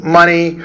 money